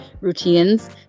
routines